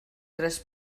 tres